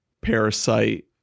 Parasite